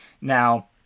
Now